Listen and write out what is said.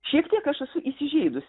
šiek tiek aš esu įsižeidus